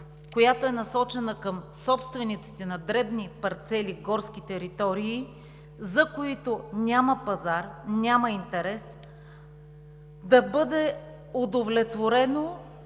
която е насочена към собствениците на дребни парцели горски територии, за които няма пазар, няма интерес, е да бъде удовлетворена